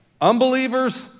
unbelievers